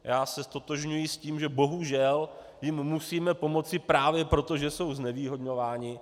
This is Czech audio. Já se ztotožňuji s tím, že bohužel jim musíme pomoci právě proto, že jsou znevýhodňováni.